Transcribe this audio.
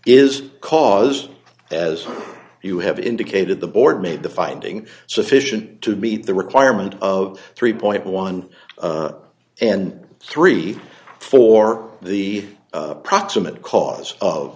because as you have indicated the board made the finding sufficient to meet the requirement of three point one and three for the proximate cause of